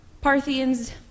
Parthians